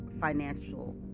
financial